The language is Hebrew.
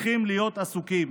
צריכים להיות עסוקים.